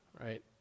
Right